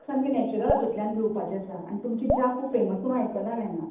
म्हाका सामकें नॅच्युरल हातूंतल्यान पिवपाचीं आसा आनी तुमची च्या खूब फेमस म्हण आयकलां हांवे हांगा